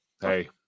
hey